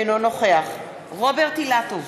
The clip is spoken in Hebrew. אינו נוכח רוברט אילטוב,